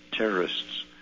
Terrorists